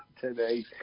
today